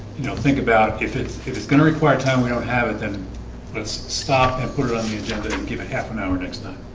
you don't think about if it's if it's gonna require time, we don't have it then let's stop and put it on the agenda don't give it half an hour next time